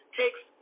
takes